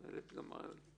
סמכות הרשם.